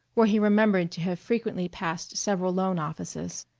where he remembered to have frequently passed several loan offices.